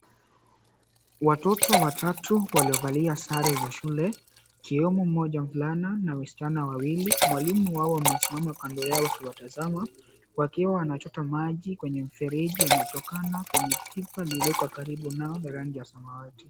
Watoto watatu waliovalia sare za shule, ikiwemo mmoja mvulana na wasichana wawili. Mwalimu wao amesimama kando yao akiwatazama wakiwa wanachota maji kwenye mfereji, yanayotokana kwenye pipa lililoko karibu nao ya rangi ya samawati.